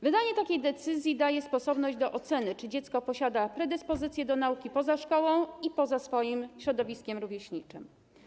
Wydanie takiej decyzji daje sposobność do oceny, czy dziecko posiada predyspozycje do nauki poza szkołą i poza swoim środowiskiem rówieśniczym.